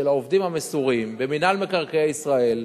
העובדים המסורים במינהל מקרקעי ישראל,